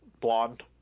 Blonde